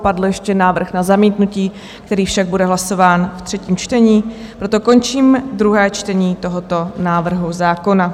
Padl ještě návrh na zamítnutí, který však bude hlasován v třetím čtení, proto končím druhé čtení tohoto návrhu zákona.